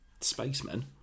spacemen